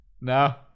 No